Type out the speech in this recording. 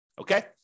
Okay